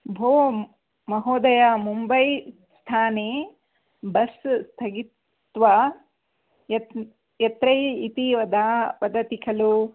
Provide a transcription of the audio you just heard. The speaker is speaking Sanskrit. भोः महोदयः मुम्बैस्थाने बस् स्थगित्वा य यत्र इति वदति खलु